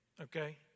Okay